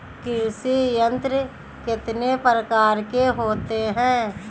कृषि यंत्र कितने प्रकार के होते हैं?